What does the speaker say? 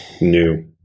New